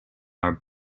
are